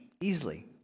easily